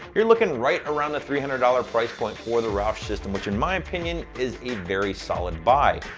you're looking right around the three hundred dollars price point for the roush system, which in my opinion, is a very solid buy.